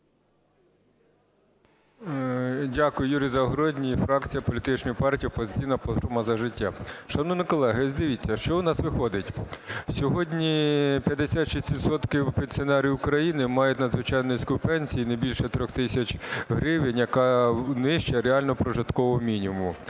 Дякую. Юрій Загородній, фракція політичної партії "Опозиційна платформа – За життя". Шановні колеги, ось дивіться, що у нас виходить, сьогодні 56 відсотків пенсіонерів України мають надзвичайно низьку пенсію і не більше 3 тисяч гривень, яка нижча реально прожиткового мінімуму.